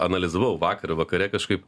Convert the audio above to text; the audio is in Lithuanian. analizavau vakar vakare kažkaip